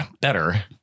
better